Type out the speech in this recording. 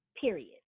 period